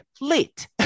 late